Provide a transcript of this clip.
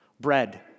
Bread